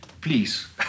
please